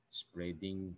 spreading